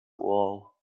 wall